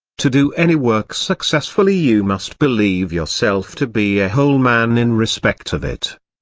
to do any work successfully you must believe yourself to be a whole man in respect of it.